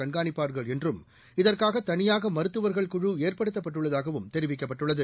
கண்காணிப்பார்கள் என்றும் இதற்காக தனியாக மருத்துவர்கள் குழு ஏற்படுத்தப்பட்டுள்ளதாகவும் தெரிவிக்கப்பட்டுள்ளது